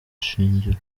shingiro